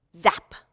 ZAP